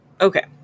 Okay